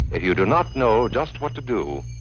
you do not know just what to do.